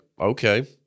okay